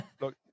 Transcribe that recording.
Look